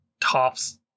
tops